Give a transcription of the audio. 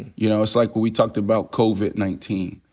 you know, it's like when we talked about covid nineteen.